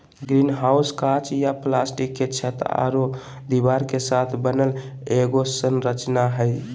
greenhouse काँच या plastic के छत आरो दीवार के साथ बनल एगो संरचना हइ